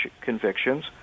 convictions